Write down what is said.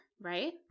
right